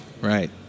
Right